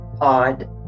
odd